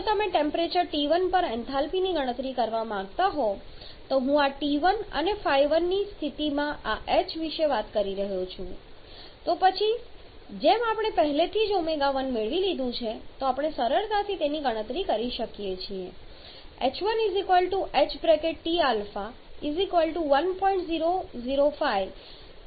જો તમે temperature T1 પર એન્થાલ્પીની ગણતરી કરવા માંગતા હો તો હું આ T1 અને ϕ1 ની સ્થિતિમાં આ h વિશે વાત કરી રહ્યો છું તો પછી જેમ આપણે પહેલેથી જ ω1 મેળવી લીધું છે તો આપણે સરળતાથી તેની ગણતરી કરી શકીએ છીએ h1 hTφ 1